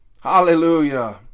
Hallelujah